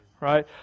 right